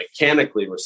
mechanically